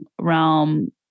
realm